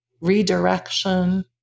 redirection